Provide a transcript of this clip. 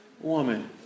woman